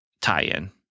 tie-in